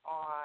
on